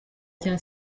cya